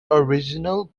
original